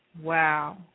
Wow